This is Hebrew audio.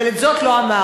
אבל את זאת לא אמרת.